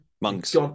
Monks